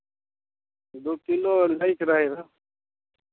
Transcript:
दू किलो लैके रहै